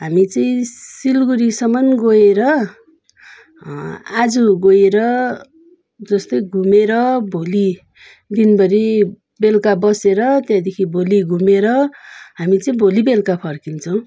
हामी चाहिँ सिलगढीसम्म गएर आज गएर जस्तै घुमेर भोलि दिनभरि बेलुका बसेर त्यहाँदेखि भोलि घुमेर हामी चाहिँ भोलि बेलुका फर्किन्छौँ